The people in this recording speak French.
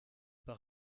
par